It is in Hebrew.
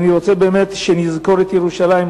ואני רוצה שנזכור את ירושלים.